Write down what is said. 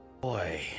Boy